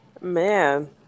man